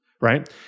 right